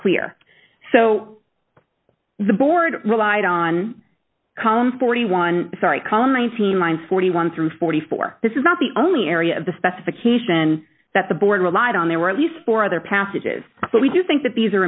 clear so the board relied on columns forty one column nineteen line forty one through forty four this is not the only area of the specification that the board relied on there were at least four other passages but we do think that these are